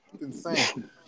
insane